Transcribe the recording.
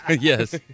Yes